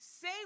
say